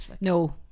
no